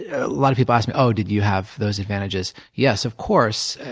a lot of people ask me, oh, did you have those advantages? yes, of course,